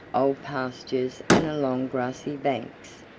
old pastures and along grassy banks,